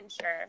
sure